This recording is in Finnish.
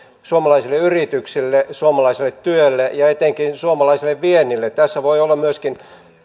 suomalaisille yrityksille suomalaiselle työlle ja etenkin suomalaiselle viennille tässä voi olla myöskin